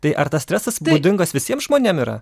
tai ar tas stresas būdingas visiems žmonėm yra